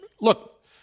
look